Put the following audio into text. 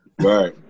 Right